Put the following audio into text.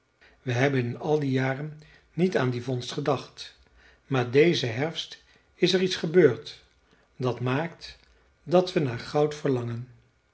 we hebben in al die jaren niet aan die vondst gedacht maar dezen herfst is er iets gebeurd dat maakt dat we naar goud verlangen